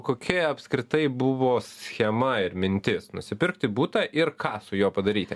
kokia apskritai buvo schema ir mintis nusipirkti butą ir ką su juo padaryti